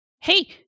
hey